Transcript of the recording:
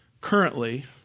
currently